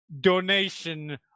donation